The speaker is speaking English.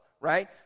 right